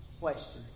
questions